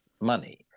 money